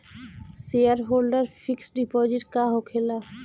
Shareholder fix deposit का होखे ला?